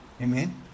Amen